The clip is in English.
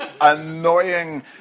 annoying